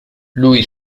lui